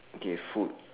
okay food